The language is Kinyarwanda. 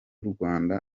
rwanda